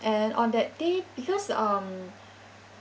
and on that day because um